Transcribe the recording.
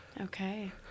Okay